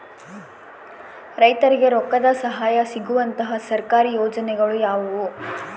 ರೈತರಿಗೆ ರೊಕ್ಕದ ಸಹಾಯ ಸಿಗುವಂತಹ ಸರ್ಕಾರಿ ಯೋಜನೆಗಳು ಯಾವುವು?